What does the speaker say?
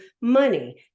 money